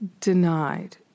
denied